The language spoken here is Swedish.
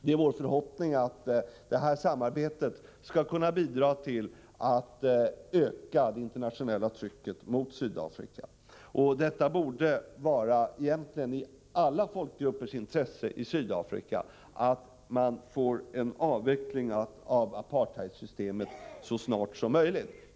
Det är vår förhoppning att detta samarbete skall kunna bidra till att öka det internationella trycket mot Sydafrika. Det borde egentligen ligga i alla folkgruppers i Sydafrika intresse att så snart som möjligt få till stånd en avveckling av apartheidsystemet.